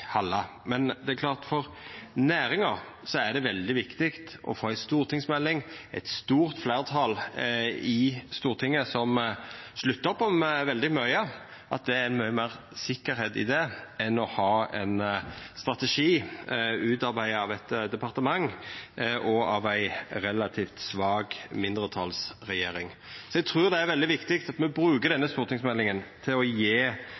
halda. Men det er klart at for næringa er det veldig viktig å få ei stortingsmelding og eit stort fleirtal i Stortinget som sluttar opp om veldig mykje. Det er mykje meir sikkerheit i det enn å ha ein strategi utarbeidd av eit departement og ei relativt svak mindretalsregjering. Eg trur det er veldig viktig at me brukar denne stortingsmeldinga til å gje